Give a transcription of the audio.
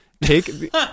Take